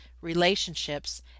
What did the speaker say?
relationships